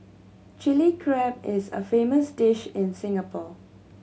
Chilli Crab is a famous dish in Singapore